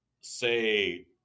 say